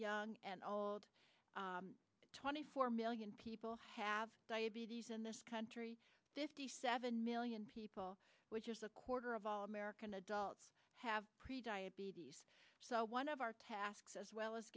young and old twenty four million people have diabetes in this country this d seven million people which is a quarter of all american adults have pre diabetes so one of our tasks as well as